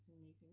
amazing